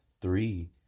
three